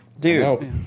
Dude